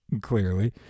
clearly